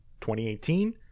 2018